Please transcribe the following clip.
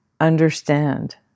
understand